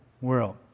world